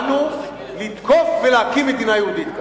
באנו לתקוף ולהקים מדינה יהודית כאן.